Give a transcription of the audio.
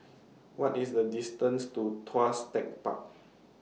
What IS The distance to Tuas Tech Park